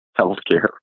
healthcare